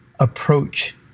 approach